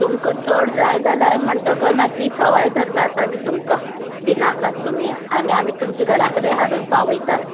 तुमका चड जाय जाल्यार म्हणटगर मातशी सवाय धरतात आमी तुमका भिनाकात तुमी आनी आमी तुमचे घरा कडेन हाडून पावयता